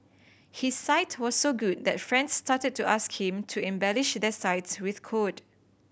his site was so good that friends started to ask him to embellish their sites with code